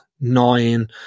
nine